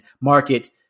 market